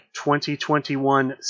2021